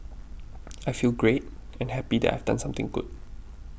I feel great and happy that I've done something good